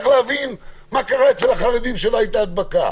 להבין מה קרה אצל החרדים שלא הייתה הדבקה.